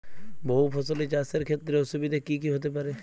বহু ফসলী চাষ এর ক্ষেত্রে অসুবিধে কী কী হতে পারে?